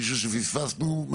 מישהו שפספסנו?